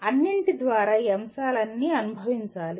అన్నింటి ద్వారా ఈ అంశాలన్నీ అనుభవించాలి